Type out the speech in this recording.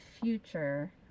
future